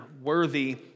worthy